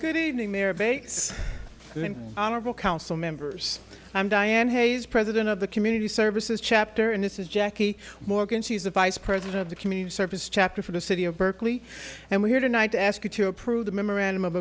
good evening their babies and honorable council members i'm diane hayes president of the community services chapter and this is jackie morgan she's the vice president of the community service chapter for the city of berkeley and we're here tonight to ask you to approve the memorandum of